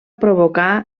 provocar